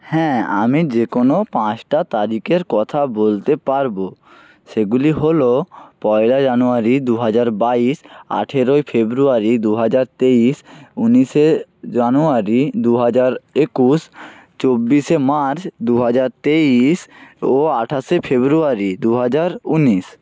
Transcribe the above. হ্যাঁ আমি যে কোনও পাঁচটা তারিখের কথা বলতে পারব সেগুলি হল পয়লা জানুয়ারি দু হাজার বাইশ আঠেরোই ফেব্রুয়ারি দু হাজার তেইশ ঊনিশে জানুয়ারি দু হাজার একুশ চব্বিশে মার্চ দু হাজার তেইশ ও আঠাশে ফেব্রুয়ারি দু হাজার ঊনিশ